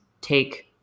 take